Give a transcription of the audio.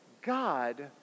God